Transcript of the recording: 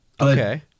Okay